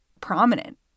prominent